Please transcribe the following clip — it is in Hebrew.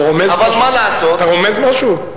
אתה רומז משהו?